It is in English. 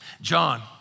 John